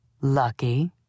Lucky